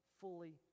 fully